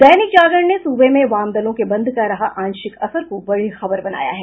दैनिक जागरण ने सूबे में वाम दलों के बंद का रहा आशिंक असर को बड़ी खबर बनाया है